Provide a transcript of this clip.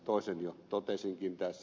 toisen jo totesinkin tässä